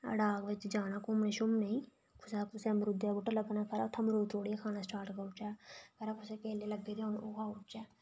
अड़ाक बिच जाना कुदै घुम्मनै गी कुदै कुसै दे मरूदे दा बूह्टा लग्गे दा ते खबरै उत्थुआं मरूद त्रोड़ियै खाना स्टार्ट करी ओड़चै खबरै कुसै दे केले लग्गे होङन ओह् खाई ओड़चै